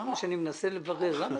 כמה שאני מנסה, לא מצליח.